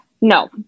No